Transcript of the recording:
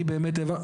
אני באמת העברתי,